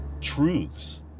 truths